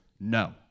No